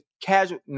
casual